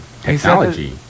technology